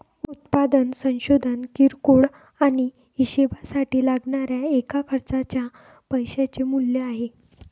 उत्पादन संशोधन किरकोळ आणि हीशेबासाठी लागणाऱ्या एका खर्चाच्या पैशाचे मूल्य आहे